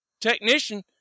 technician